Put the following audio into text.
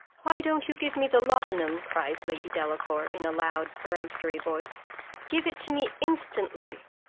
why don't you give me the laudanum? cried lady delacour, in a loud peremptory voice give it to me instantly.